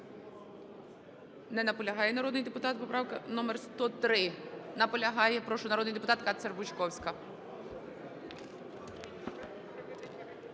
Не наполягає народний депутат. Номер 103. Наполягає. Прошу, народний депутат Кацер-Бучковська.